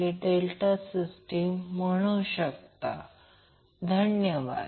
आणि Y Y line current phase current असेल